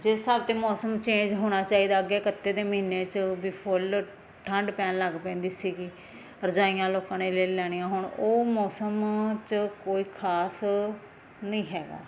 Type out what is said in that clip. ਜਿਸ ਹਿਸਾਬ 'ਤੇ ਮੌਸਮ ਚੇਂਜ ਹੋਣਾ ਚਾਹੀਦਾ ਅੱਗੇ ਕੱਤੇ ਦੇ ਮਹੀਨੇ 'ਚ ਵੀ ਫੁੱਲ ਠੰਡ ਪੈਣ ਲੱਗ ਪੈਂਦੀ ਸੀ ਰਜਾਈਆਂ ਲੋਕਾਂ ਨੇ ਲੈ ਲੈਣੀਆਂ ਹੁਣ ਉਹ ਮੌਸਮ 'ਚ ਕੋਈ ਖ਼ਾਸ ਨਹੀਂ ਹੈਗਾ